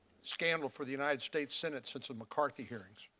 scandal for the united states senate since the mccarthy hearings.